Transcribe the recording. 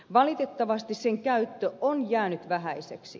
valitettavasti sen käyttö on jäänyt vähäiseksi